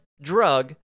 drug